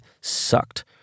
sucked